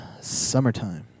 summertime